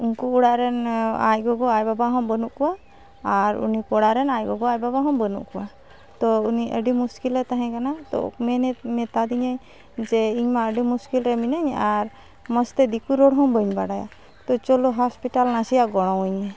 ᱩᱱᱠᱩ ᱚᱲᱟᱜᱨᱮᱱ ᱟᱡ ᱜᱚᱜᱚ ᱟᱡ ᱵᱟᱵᱟᱦᱚᱸ ᱵᱟᱹᱱᱩᱜ ᱠᱚᱣᱟ ᱟᱨ ᱩᱱᱤ ᱠᱚᱲᱟᱨᱮᱱ ᱟᱡ ᱜᱚᱜᱚ ᱟᱡ ᱵᱟᱵᱟᱦᱚᱸ ᱵᱟᱹᱱᱩᱜ ᱠᱚᱣᱟ ᱛᱳ ᱩᱱᱤ ᱟᱹᱰᱤ ᱢᱩᱥᱠᱤᱞᱮ ᱛᱟᱦᱮᱸᱠᱟᱱᱟ ᱛᱳ ᱢᱮᱛᱟᱫᱤᱧᱟᱹᱭ ᱡᱮ ᱤᱧᱢᱟ ᱟᱹᱰᱤ ᱢᱩᱥᱠᱤᱞᱨᱮ ᱢᱮᱱᱟᱹᱧ ᱟᱨ ᱢᱚᱡᱽᱛᱮ ᱫᱤᱠᱩ ᱨᱚᱲᱦᱚᱸ ᱵᱟᱹᱧ ᱵᱟᱰᱟᱭᱟ ᱛᱳ ᱪᱚᱞᱚ ᱦᱚᱥᱯᱤᱴᱟᱞ ᱱᱟᱥᱮᱭᱟᱜ ᱜᱚᱲᱚᱣᱟᱹᱧ ᱢᱮ